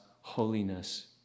holiness